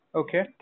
okay